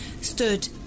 stood